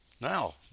Now